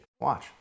Watch